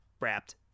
wrapped